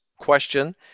question